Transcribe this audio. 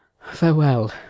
Farewell